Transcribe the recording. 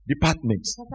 departments